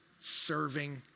serving